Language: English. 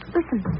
Listen